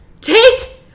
take